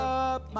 up